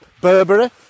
Burberry